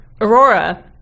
Aurora